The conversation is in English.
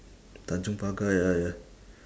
tanjong pagar ya ya